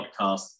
podcast